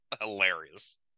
hilarious